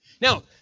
Now